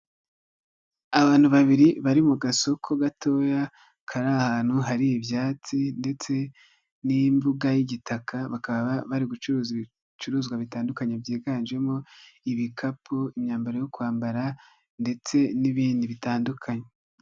Abantu babiri bari mu gasoko gatoya kari ahantu hari ibyatsi, ndetse n'imbuga y'igitaka bakaba bari gucuruza ibicuruzwa bitandukanye byiganjemo ibikapu imyambaro yo kwambara ndetse n'ibindi bitandukanye.